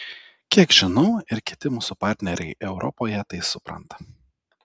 kiek žinau ir kiti mūsų partneriai europoje tai supranta